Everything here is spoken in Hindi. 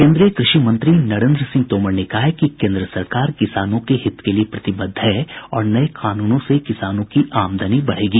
केन्द्रीय कृषि मंत्री नरेन्द्र सिंह तोमर ने कहा है कि केन्द्र सरकार किसानों के हित के लिये प्रतिबद्ध है और नये कानूनों से किसानों की आमदनी बढ़ेगी